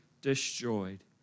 destroyed